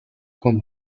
con